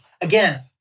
again